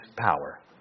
power